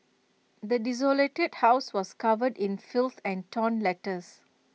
the desolated house was covered in filth and torn letters